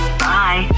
bye